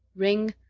ringg,